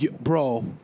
bro